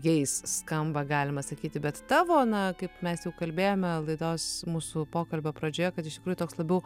jais skamba galima sakyti bet tavo na kaip mes jau kalbėjome laidos mūsų pokalbio pradžioje kad iš tikrųjų toks labiau